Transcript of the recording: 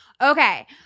Okay